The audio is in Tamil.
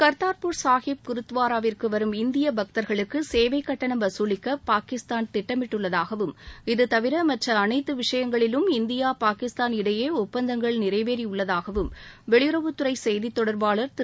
கர்த்தார்பூர் சாகிப் குர்த்வாராவிற்கு வரும் இந்திய பக்தர்களுக்கு சேவை கட்டணம் வசூலிக்க பாகிஸ்தான் திட்டமிட்டுள்ளதாகவும் இதுதவிர மற்ற அனைத்து விஷயங்களிலும் இந்தியா பாகிஸ்தான் இடையே ஒப்பந்தங்கள் நிறைவேறியுள்ளதாகவும் வெளியுறவுத்துறை செய்தித் தொடர்பாளர் திரு